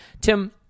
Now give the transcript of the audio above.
Tim